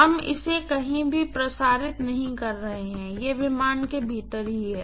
हम इसे कहीं भी प्रसारित नहीं कर रहे हैं यह विमान के भीतर ही है